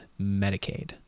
Medicaid